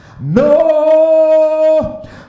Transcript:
No